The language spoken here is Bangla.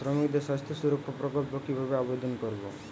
শ্রমিকের স্বাস্থ্য সুরক্ষা প্রকল্প কিভাবে আবেদন করবো?